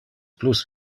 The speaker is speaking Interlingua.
plus